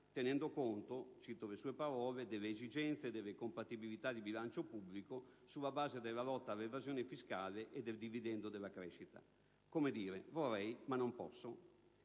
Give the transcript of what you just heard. «tenendo conto - cito le sue parole - delle esigenze e delle compatibilità di bilancio pubblico, sulla base della lotta all'evasione fiscale e del dividendo della crescita». Come a dire: vorrei ma non posso,